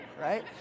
right